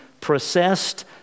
processed